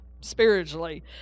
spiritually